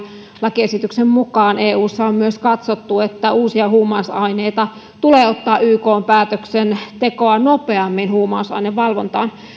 lakiesityksen mukaan eussa on katsottu että uusia huumausaineita tulee ottaa ykn päätöksentekoa nopeammin huumausainevalvontaan